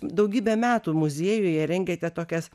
daugybę metų muziejuje rengiate tokias